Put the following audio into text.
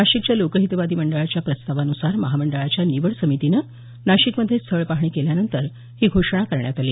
नाशिकच्या लोकहितवादी मंडळाच्या प्रस्तावान्सार महामंडळाच्या निवड समितीनं नाशिकमध्ये स्थळपाहणी केल्यानंतर ही घोषणा करण्यात आली